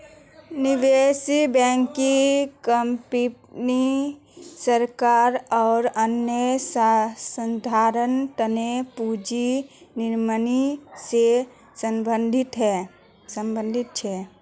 निवेश banking company सरकार आर अन्य संस्थार तने पूंजी निर्माण से संबंधित छे